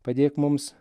padėk mums